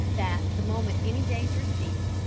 that, the moment any danger ceased,